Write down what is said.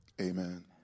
amen